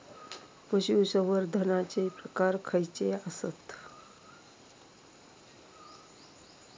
पशुसंवर्धनाचे प्रकार खयचे आसत?